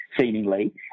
seemingly